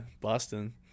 boston